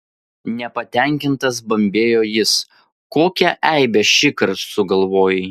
nepatenkintas bambėjo jis kokią eibę šįkart sugalvojai